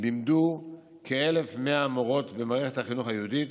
לימדו כ-1,100 מורות במערכת החינוך היהודית